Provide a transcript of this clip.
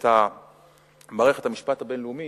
את מערכת המשפט הבין-לאומי,